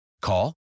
Call